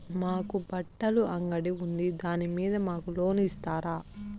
మాకు బట్టలు అంగడి ఉంది దాని మీద మాకు లోను ఇస్తారా